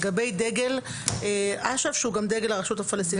לגבי דגל אש"ף שהוא גם דגל הרשות הפלסטינאית.